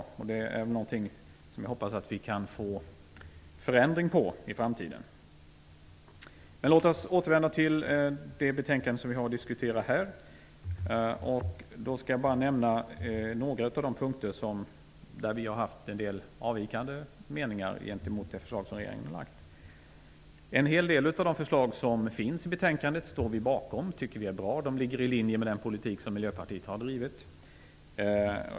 Jag hoppas att vi kan få en förändring i framtiden. Låt oss återvända till det betänkande som vi har att diskutera nu. Jag skall bara nämna några av de punkter där vi har haft en del avvikande meningar gentemot det förslag som regeringen har lagt fram. Vi står bakom en hel del av de förslag som finns i betänkandet. Vi tycker att de är bra. De ligger i linje med den politik som Miljöpartiet har drivit.